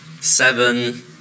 seven